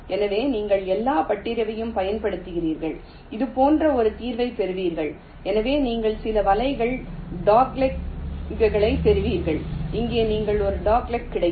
எனவே நீங்கள் எல்லா பட்டறிவையும் பயன்படுத்துகிறீர்கள் இதுபோன்ற ஒரு தீர்வைப் பெறுவீர்கள் எனவே நீங்கள் சில வலைகள் டாக்லெக்ஸைப் பெறுகிறீர்கள் இங்கே நீங்கள் ஒரு டாக்லெக் கிடைக்கும்